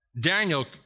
Daniel